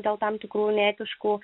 dėl tam tikrų neetiškų